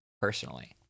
personally